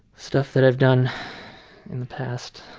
stuff that i've done in the past.